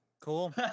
Cool